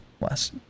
less